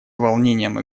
волнением